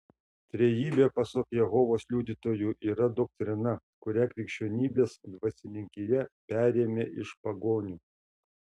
trejybė pasak jehovos liudytojų yra doktrina kurią krikščionybės dvasininkija perėmė iš pagonių